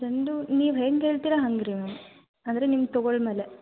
ಚಂಡೂ ನೀವು ಹೆಂಗೆ ಹೇಳ್ತಿರಿ ಹಂಗೆ ರೀ ಮ್ಯಾಮ್ ಅಂದರೆ ನಿಮ್ಮ ತಗೋಳ್ಳೊ ಮೇಲೆ